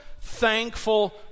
thankful